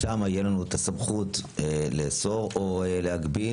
שם תהיה לנו הסמכות לאסור או להגביל.